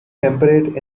temperate